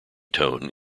tone